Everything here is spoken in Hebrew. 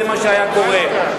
זה מה שהיה קורה.